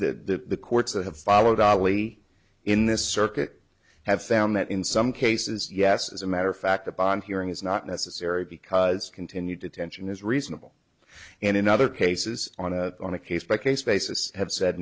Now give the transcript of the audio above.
the courts that have followed ali in this circuit have found that in some cases yes as a matter of fact a bond hearing is not necessary because continued detention is reasonable and in other cases on a on a case by case basis have said